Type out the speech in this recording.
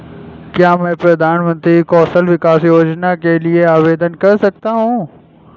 क्या मैं प्रधानमंत्री कौशल विकास योजना के लिए आवेदन कर सकता हूँ?